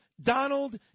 Donald